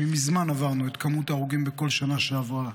מזמן עברנו את מספר ההרוגים משנה שעברה,